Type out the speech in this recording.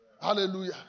Hallelujah